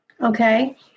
Okay